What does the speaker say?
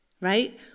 right